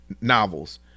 novels